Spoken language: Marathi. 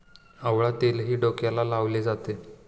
आवळा तेलही डोक्याला लावले जाते